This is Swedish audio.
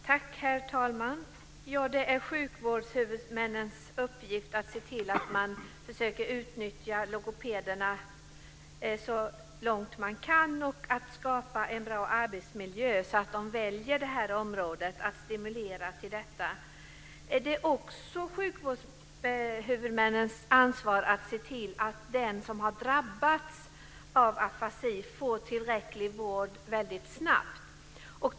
Herr talman! Ja, det är sjukvårdshuvudmännens uppgift att se till att man försöker utnyttja logopederna så långt man kan och att man skapar en bra arbetsmiljö så att de väljer det här området. Det är också sjukvårdshuvudmännens ansvar att se till att den som har drabbats av afasi får tillräcklig vård väldigt snabbt.